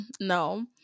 no